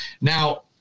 Now